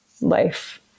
life